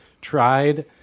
tried